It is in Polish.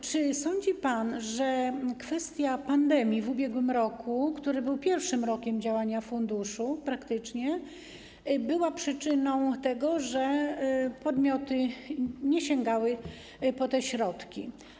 Czy sądzi pan, że kwestia pandemii w ubiegłym roku, który był praktycznie pierwszym rokiem działania Funduszu Medycznego, była przyczyną tego, że podmioty nie sięgały po te środki?